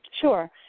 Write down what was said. Sure